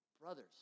brothers